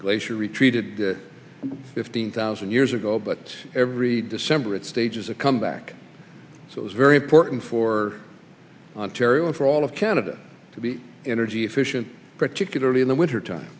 glacier retreated fifteen thousand years ago but every december it stages a comeback so it's very important for ontario and for all of canada to be energy efficient particularly in the wintertime